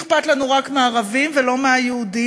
שאכפת לנו רק מהערבים ולא מהיהודים,